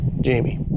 Jamie